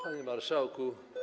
Panie Marszałku!